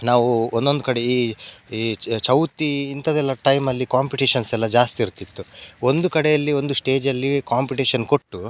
ನಾವು ಒಂದೊಂದು ಕಡೆ ಈ ಚೌತಿ ಇಂಥದ್ದೆಲ್ಲ ಟೈಮಲ್ಲಿ ಕಾಂಪಿಟೀಷನ್ಸೆಲ್ಲ ಜಾಸ್ತಿ ಇರ್ತಿತ್ತು ಒಂದು ಕಡೆಯಲ್ಲಿ ಒಂದು ಸ್ಟೇಜಲ್ಲಿ ಕಾಂಪಿಟೇಷನ್ ಕೊಟ್ಟು